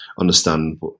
understand